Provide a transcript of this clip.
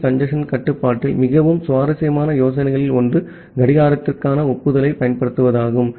B congestion கட்டுப்பாட்டில் மிகவும் சுவாரஸ்யமான யோசனைகளில் ஒன்று கடிகாரத்திற்கான ஒப்புதலைப் பயன்படுத்துவதாகும்